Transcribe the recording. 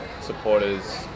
supporters